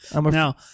Now